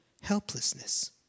helplessness